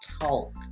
talk